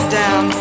down